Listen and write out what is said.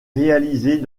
réalisée